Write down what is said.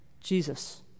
Jesus